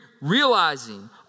realizing